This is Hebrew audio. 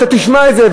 ואתה תשמע את זה,